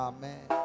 Amen